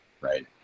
right